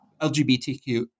LGBTQ